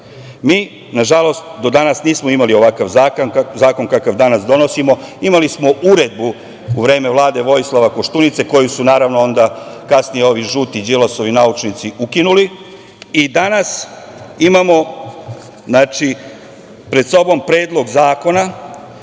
ostavio. Nažalost, do danas nismo imali ovakav zakon kakav danas donosimo. Imali smo Uredbu u vreme vlade Vojislava Koštunice, koju su kasnije ovi žuti Đilasovi naučnici ukinuli i danas imamo pred sobom Predlog zakona